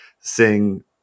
sing